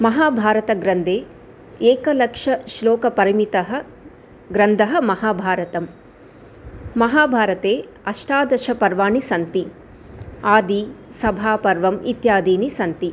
महाभारतग्रन्थे एकलक्षः श्लोकपरिमितः ग्रन्थः महाभारतं महाभारते अष्टादश पर्वाणि सन्ति आदि सभापर्वम् इत्यादीनि सन्ति